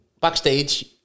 backstage